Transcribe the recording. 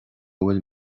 bhfuil